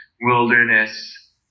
wilderness